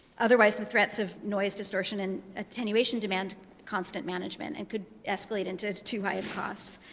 otherwise, the threats of noise distortion and attenuation demand constant management, and could escalate into too high of costs.